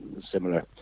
similar